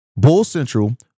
BULLCENTRAL